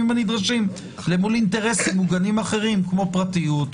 הנדרשים למול אינטרסים מוגנים אחרים כמו פרטיות,